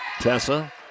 tessa